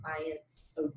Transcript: clients